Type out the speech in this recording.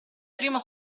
primo